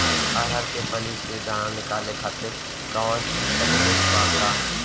अरहर के फली से दाना निकाले खातिर कवन तकनीक बा का?